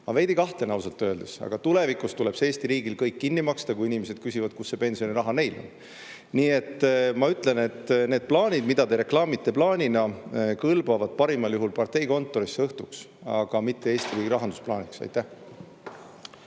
Ma veidi kahtlen, ausalt öeldes. Aga tulevikus tuleb see Eesti riigil kõik kinni maksta, kui inimesed küsivad, kus see pensioniraha neil on. Nii et ma ütlen, et need plaanid, mida te reklaamite plaanina, kõlbavad parimal juhul partei kontorisse, aga mitte Eesti riigi rahandusplaaniks. Suur